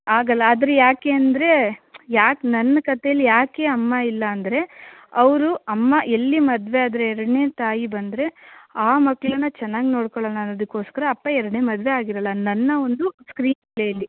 ಆಗಲ್ಲ ಆದ್ರೆ ಯಾಕೆ ಅಂದರೆ ಯಾಕೆ ನನ್ನ ಕತೆಲಿ ಯಾಕೆ ಅಮ್ಮ ಇಲ್ಲ ಅಂದರೆ ಅವರು ಅಮ್ಮ ಎಲ್ಲಿ ಮದುವೆ ಆದರೆ ಎರಡನೇ ತಾಯಿ ಬಂದರೆ ಆ ಮಕ್ಕಳನ್ನ ಚೆನ್ನಾಗಿ ನೋಡಿಕೊಳ್ಳಲ್ಲ ಅನ್ನೋದಕ್ಕೋಸ್ಕರ ಅಪ್ಪ ಎರಡನೇ ಮದುವೆ ಆಗಿರಲ್ಲ ನನ್ನ ಒಂದು ಸ್ಕ್ರೀನ್ಪ್ಲೇಯಲ್ಲಿ